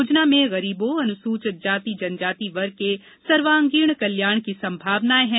योजना में गरीबों अनुसूचित जाति जनजाति वर्ग के सर्वागीण कल्याण की संभावनाएं है